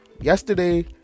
yesterday